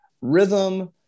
rhythm